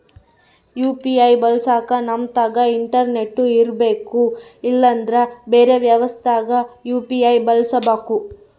UPI ಬಳಸಕ ನಮ್ತಕ internet ಇರರ್ಬೆಕು ಇಲ್ಲಂದ್ರ ಬೆರೆ ವ್ಯವಸ್ಥೆಗ ಯು.ಪಿ.ಐ ಬಳಸಬಕು